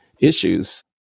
issues